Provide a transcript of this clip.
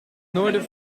noorden